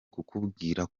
kukubwira